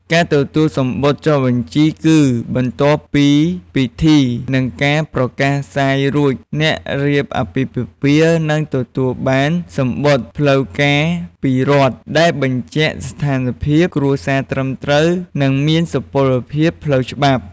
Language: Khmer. ការទទួលសំបុត្រចុះបញ្ជីគឺបន្ទាប់ពីពិធី និងការប្រកាសផ្សាយរួច អ្នករៀបអាពាហ៍ពិពាហ៍នឹងទទួលបានសំបុត្រផ្លូវការពីរដ្ឋ ដែលបញ្ជាក់ស្ថានភាព គ្រួសារត្រឹមត្រូវ និងមានសុពលភាពផ្លូវច្បាប់។